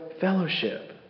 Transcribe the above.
fellowship